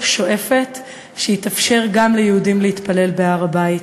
שואפת שיתאפשר גם ליהודים להתפלל בהר-הבית.